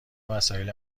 وسایل